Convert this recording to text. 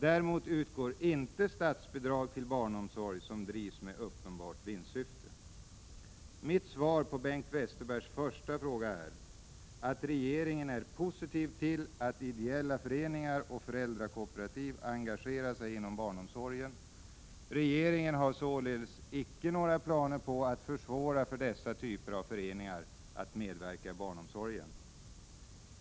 Däremot utgår inte statsbidrag till barnomsorg som drivs med uppenbart vinstsyfte. Mitt svar på Bengt Westerbergs första fråga är att regeringen är positiv till att ideella föreningar och föräldrakooperativ engagerar sig inom barnomsorgen. Regeringen har således inte några planer på att försvåra för dessa typer av föreningar att medverka i barnomsorgen.